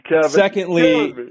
Secondly